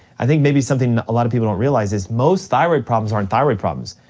i think maybe something a lot of people don't realize is most thyroid problems aren't thyroid problems,